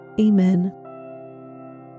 Amen